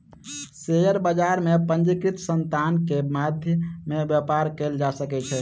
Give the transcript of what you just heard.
share बजार में पंजीकृत संतान के मध्य में व्यापार कयल जा सकै छै